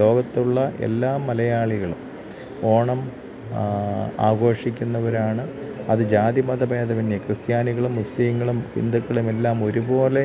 ലോകത്തുള്ള എല്ലാ മലയാളികളും ഓണം ആഘോഷിക്കുന്നവരാണ് അത് ജാതിമത ഭേദമന്യേ ക്രിസ്ത്യാനികളും മുസ്ലീങ്ങളും ഹിന്ദുക്കളുമെല്ലാം ഒരുപോലെ